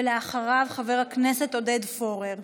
אחריו, חבר הכנסת עודד פורר.